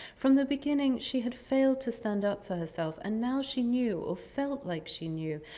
from the beginning she had failed to stand up for herself, and now she knew, or felt like she knew,